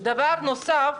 דבר נוסף,